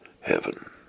heaven